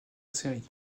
série